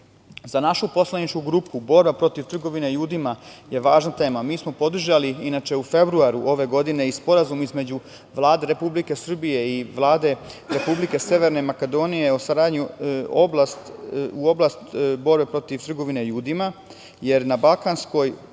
našu poslaničku grupu borba protiv trgovine ljudima je važna tema. Mi smo podržali inače u februaru ove godine i Sporazum između Vlade Republike Srbije i Vlade Republike Severne Makedonije o saradnji u oblasti borbe protiv trgovine ljudima, jer na balkanskoj